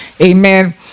Amen